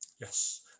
Yes